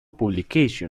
publications